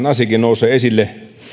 asia nousee esille